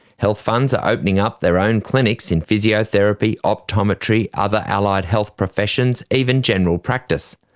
health funds are opening up their own clinics in physiotherapy, optometry, other allied health professions, even general practice.